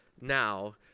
now